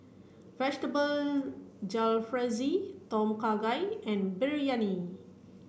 Vegetable Jalfrezi Tom Kha Gai and Biryani